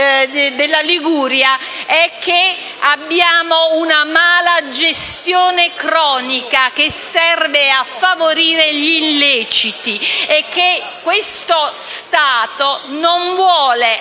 territorio ligure è che abbiamo una malagestione cronica, che serve a favorire gli illeciti. E questo Stato non vuole,